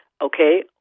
Okay